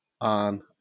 on